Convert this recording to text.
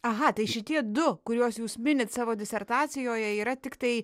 aha tai šitie du kuriuos jūs minit savo disertacijoje yra tiktai